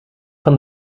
van